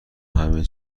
همه